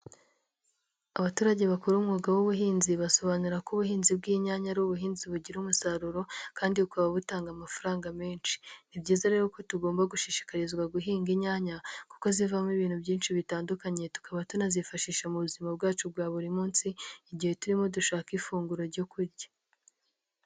Abaturage bakora umwuga w'ubuhinzi basobanura ko ubuhinzi bw'inyanya ari ubuhinzi bugira umusaruro kandi bukaba butanga amafaranga menshi. Ni byiza rero ko tugomba gushishikarizwa guhinga inyanya, kuko zivamo ibintu byinshi bitandukanye, tukaba tunazifashisha mu buzima bwacu bwa buri munsi, igihe turimo dushaka ifunguro ryo kurya.